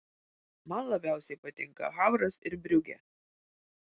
man labiausiai patinka havras ir briugė